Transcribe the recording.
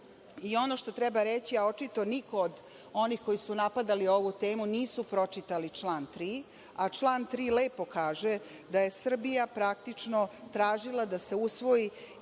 I, ono što treba reći, a očito niko od onih koji su napadali ovu temu nisu pročitali član 3, a član 3. lepo kaže da je Srbija, praktično, tražila da se usvoji